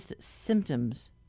symptoms